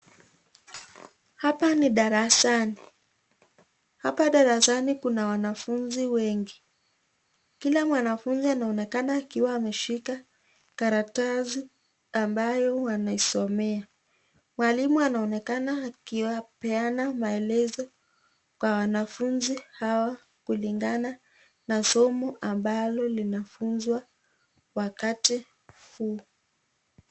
Hapa ni darasani. Hapa darasani kuna wanafunzi wengi. Kila mwanafunzi anaonekana akiwa ameshika karatasi ambayo wanasoma. Mwalimu anaonekana akiwapa maelezo kwa wanafunzi hawa kulingana na somo ambalo linafunzwa wakati huu.